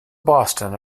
boston